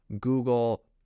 Google